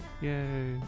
Yay